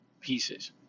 pieces